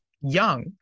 young